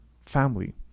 family